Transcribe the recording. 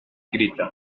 grita